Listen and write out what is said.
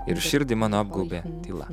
ir širdį mano apgaubė tyla